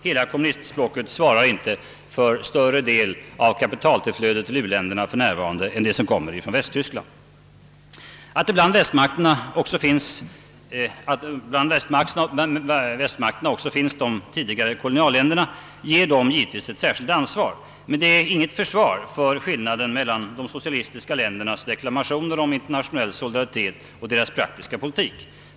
Hela kommunistblocket svarar inte för större del av kapitaltillflödet till u-länderna än det som kommer från Västtyskland. Att bland västmakterna också finns de tidigare kolonialländerna ger dem givetvis ett särskilt ansvar. Men det är inget försvar för skillnaden mellan de socialistiska ländernas deklamationer om internationell solidaritet och deras praktiska politik.